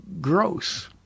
gross